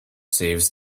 saves